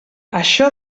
això